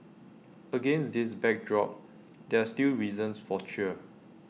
against this backdrop there are still reasons for cheer